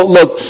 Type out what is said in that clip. look